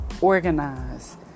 Organize